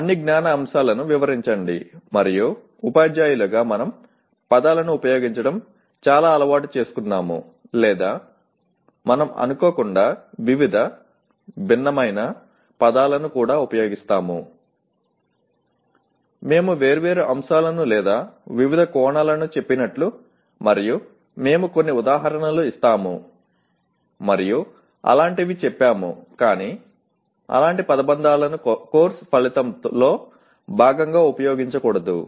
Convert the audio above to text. అన్ని జ్ఞాన అంశాలను వివరించండి మరియు ఉపాధ్యాయులుగా మనం పదాలను ఉపయోగించడం చాలా అలవాటు చేసుకున్నాము లేదా మనం అనుకోకుండా "వివిధ" "భిన్నమైన" పదాలను కూడా ఉపయోగిస్తాము మేము వేర్వేరు అంశాలను లేదా వివిధ కోణాలను చెప్పినట్లు మరియు మేము కొన్ని ఉదాహరణలు ఇస్తాము మరియు అలాంటివి చెప్పాము కాని అలాంటి పదబంధాలను కోర్సు ఫలితంలో భాగంగా ఉపయోగించకూడదు